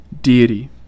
deity